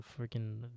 freaking